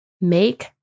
Make